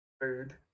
Food